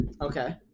Okay